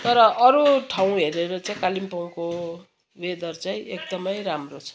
तर अरू ठाउँ हेरेर चाहिँ कालिम्पोङको वेदर चाहिँ एकदमै राम्रो छ